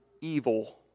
evil